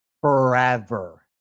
Forever